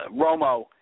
Romo